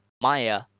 Maya